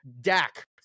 Dak